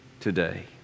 today